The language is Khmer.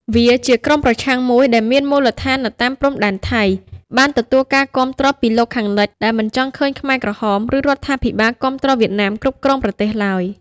វាជាក្រុមប្រឆាំងមួយដែលមានមូលដ្ឋាននៅតាមព្រំដែនថៃ បានទទួលការគាំទ្រពីលោកខាងលិច ដែលមិនចង់ឃើញខ្មែរក្រហម ឬរដ្ឋាភិបាលគាំទ្រវៀតណាមគ្រប់គ្រងប្រទេសឡើយ។